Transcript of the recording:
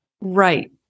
Right